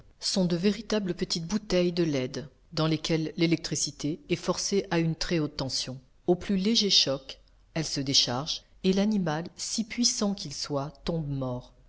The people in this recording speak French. sont de véritables petites bouteilles de leyde dans lesquelles l'électricité est forcée à une très haute tension au plus léger choc elles se déchargent et l'animal si puissant qu'il soit tombe mort